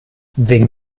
wegen